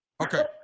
Okay